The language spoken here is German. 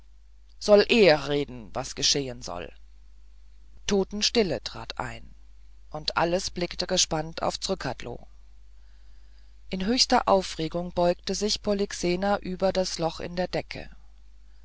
soll er reden was geschehen soll totenstille trat ein und alles blickte gespannt auf zrcadlo in höchster aufregung beugte sich polyxena über das loch in der decke